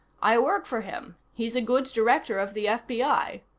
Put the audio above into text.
i work for him. he's a good director of the fbi.